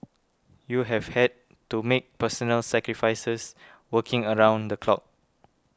you have had to make personal sacrifices working around the clock